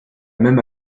même